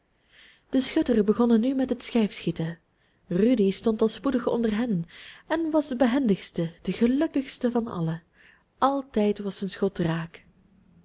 de schutters begonnen nu met het schijfschieten rudy stond al spoedig onder hen en was de behendigste de gelukkigste van allen altijd was zijn schot raak